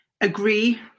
agree